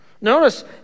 Notice